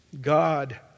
God